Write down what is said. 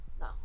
No